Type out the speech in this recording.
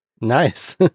Nice